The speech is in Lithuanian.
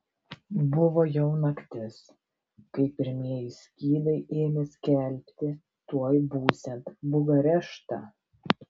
buvo jau naktis kai pirmieji skydai ėmė skelbti tuoj būsiant bukareštą